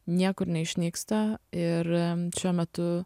niekur neišnyksta ir šiuo metu